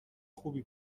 خوبی